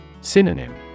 Synonym